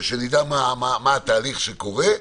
שנדע מה התהליך שקורה,